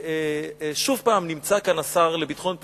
שוב נמצא כאן השר לביטחון פנים,